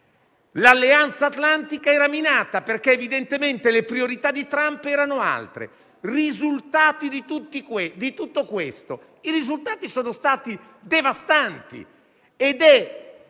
L'Alleanza atlantica era minata, perché evidentemente le priorità di Trump erano altre. I risultati di tutto questo sono stati devastanti